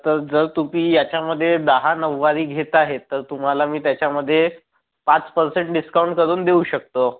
तर जर तुम्ही ह्याच्यामध्ये दहा नऊवारी घेत आहे तर तुम्हाला मी त्याच्यामध्ये पाच परसेंट डिस्काउंट करून देऊ शकतो